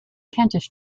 kentish